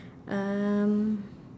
um